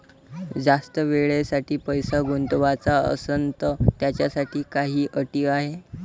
जास्त वेळेसाठी पैसा गुंतवाचा असनं त त्याच्यासाठी काही अटी हाय?